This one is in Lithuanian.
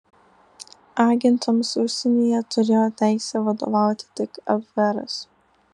agentams užsienyje turėjo teisę vadovauti tik abveras